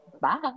bye